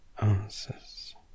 answers